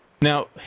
Now